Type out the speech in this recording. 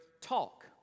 talk